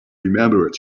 remembered